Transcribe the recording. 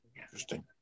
Interesting